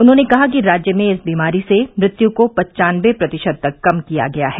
उन्होंने कहा कि राज्य में इस बीमारी से मृत्य को पनचानबे प्रतिशत तक कम किया गया है